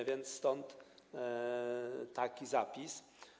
A więc stąd taki zapis.